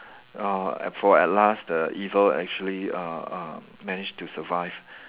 uh for at last the evil actually uh uh managed to survive